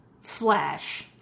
Flash